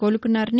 కోలుకున్నారని